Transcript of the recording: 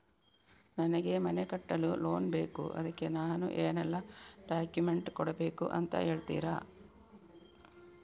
ನನಗೆ ಮನೆ ಕಟ್ಟಲು ಲೋನ್ ಬೇಕು ಅದ್ಕೆ ನಾನು ಏನೆಲ್ಲ ಡಾಕ್ಯುಮೆಂಟ್ ಕೊಡ್ಬೇಕು ಅಂತ ಹೇಳ್ತೀರಾ?